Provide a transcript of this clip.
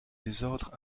désordres